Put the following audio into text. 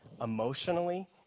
emotionally